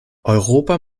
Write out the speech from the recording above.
europa